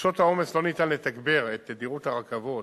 בשעות העומס לא ניתן לתגבר את תדירות הרכבות,